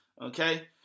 okay